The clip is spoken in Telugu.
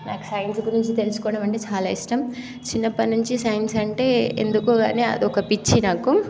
నాకు సైన్స్ గురించి తెలుసుకోవాలంటే చాలా ఇష్టం చిన్నప్పటి నుంచి సైన్స్ అంటే ఎందుకో కానీ అది ఒక పిచ్చి నాకు